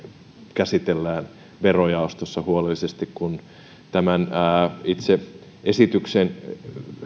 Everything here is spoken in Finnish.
käsitellään verojaostossa huolellisesti kun itse esityksen